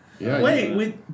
Wait